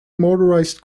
motorised